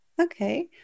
okay